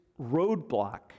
roadblock